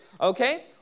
Okay